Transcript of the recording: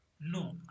no